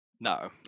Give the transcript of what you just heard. No